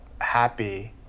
happy